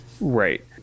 Right